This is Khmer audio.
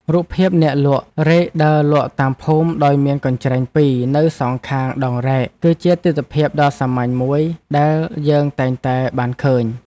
រូបភាពអ្នកលក់រែកដើរលក់តាមភូមិដោយមានកញ្ច្រែងពីរនៅសងខាងដងរែក គឺជាទិដ្ឋភាពដ៏សាមញ្ញមួយដែលយើងតែងតែបានឃើញ។